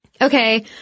okay